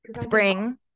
spring